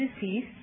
disease